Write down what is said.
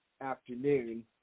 afternoon